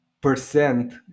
percent